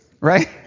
Right